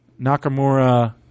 Nakamura –